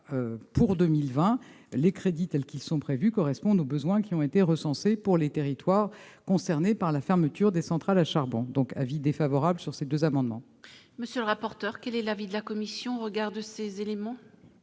pour 2020 les crédits tels qu'ils sont prévues correspondent aux besoins qui ont été recensés pour les territoires concernés par la fermeture des centrales à charbon, donc avis défavorable sur ces deux amendements. Monsieur le rapporteur, quel est l'avis de la commission, regard de ces éléments.